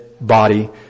body